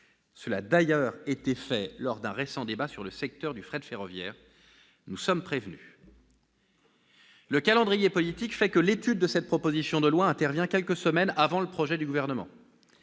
cela a déjà été fait lors d'un récent débat sur le secteur du fret ferroviaire. Nous sommes prévenus ! Le calendrier politique fait que l'examen de cette proposition de loi intervient quelques semaines avant le projet du Gouvernement.